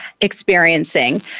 experiencing